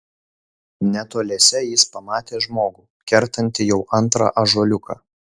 netoliese jis pamatė žmogų kertantį jau antrą ąžuoliuką